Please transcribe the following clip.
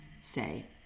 say